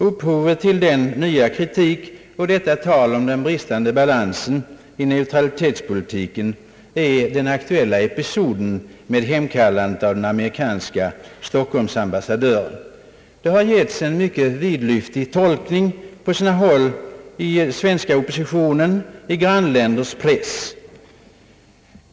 Upphovet till den nya kritiken och talet om bristande balans i neutralitetspolitiken är den aktuella episoden med hemkallandet av den amerikanske stockholmsambassadören. Det har givits en mycket vidlyftig tolkning på sina håll i den svenska oppositionen och i grannländers press.